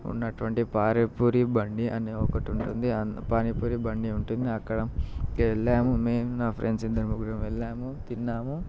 ఉన్నట్టుండి పానీపూరి బండి అనే ఒకటి ఉంటుంది పానీపూరి బండి ఉంటుంది అక్కడకి వెళ్ళాము నేను నా ఫ్రెండ్స్ ఇద్దరు ముగ్గురము వెళ్ళాము తిన్నాము